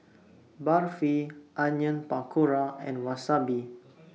Barfi Onion Pakora and Wasabi